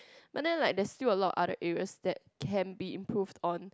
but then like there's still a lot of other areas that can be improved on